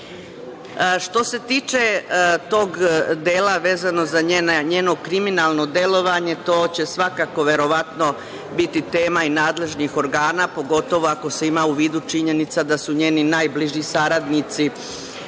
se tiče tog dela vezano za njeno kriminalno delovanje to će svakako, verovatno, biti tema i nadležnih organa, pogotovo ako se ima u vidu činjenica da su njeni najbliži saradnici